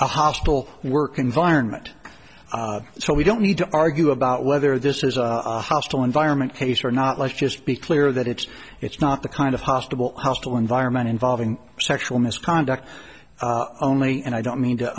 a hostile work environment so we don't need to argue about whether this is a hostile environment case or not let's just be clear that it's it's not the kind of possible hostile environment involving sexual misconduct only and i don't mean to